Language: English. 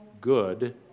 good